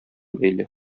бәйле